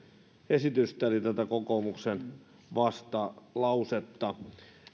esitystä eli tätä kokoomuksen vastalausetta